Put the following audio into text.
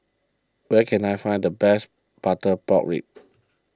where can I find the best Butter Pork Ribs